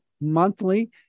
monthly